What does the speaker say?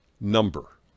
number